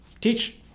teach